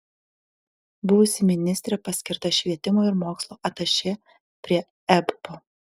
buvusi ministrė paskirta švietimo ir mokslo atašė prie ebpo